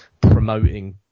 promoting